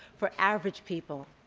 for average people,